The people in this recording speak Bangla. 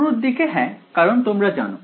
শুরুর দিকে হ্যাঁ কারণ তোমরা জানো